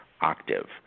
octave